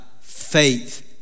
faith